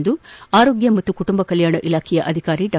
ಎಂದು ಆರೋಗ್ಯ ಮತ್ತು ಕುಟುಂಬ ಕಲ್ಯಾಣ ಇಲಾಖೆ ಅಧಿಕಾರಿ ಡಾ